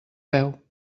veu